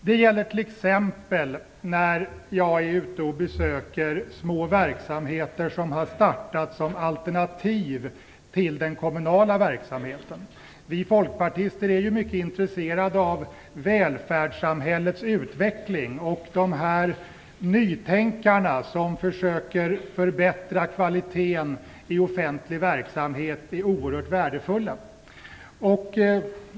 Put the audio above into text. Det gäller t.ex. när jag är ute och besöker små verksamheter som har startats som alternativ till den kommunala verksamheten. Vi folkpartister är mycket intresserade av välfärdssamhällets utveckling. De nytänkare som försöker förbättra kvaliteten i offentlig verksamhet är oerhört värdefulla.